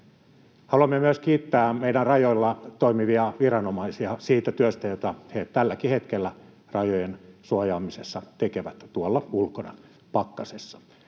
Haluamme myös kiittää meidän rajoilla toimivia viranomaisia siitä työstä, jota he tälläkin hetkellä rajojen suojaamisessa tekevät tuolla ulkona pakkasessa.